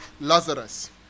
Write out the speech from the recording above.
Lazarus